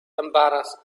embarrassed